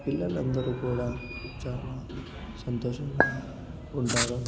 పిల్లలు అందరు కూడా చాలా సంతోషంగా ఉంటారు